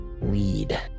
lead